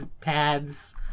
pads